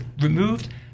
removed